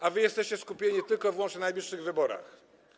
A wy jesteście skupieni tylko i wyłącznie na najbliższych wyborach.